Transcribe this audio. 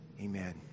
amen